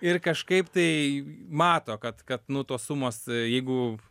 ir kažkaip tai mato kad kad nu tos sumos jeigu